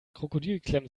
krokodilklemmen